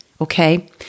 okay